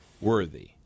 Worthy